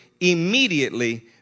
immediately